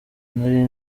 nari